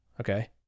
okay